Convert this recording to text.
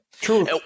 true